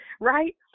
Right